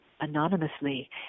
anonymously